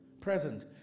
present